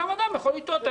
בשר ודם יכול לטעות.